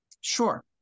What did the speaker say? Sure